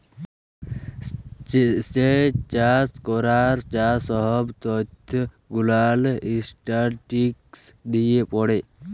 স্যেচ চাষ ক্যরার যা সহব ত্যথ গুলান ইসট্যাটিসটিকস দিয়ে পড়ে